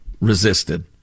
resisted